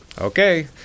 Okay